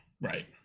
right